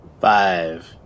five